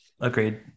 Agreed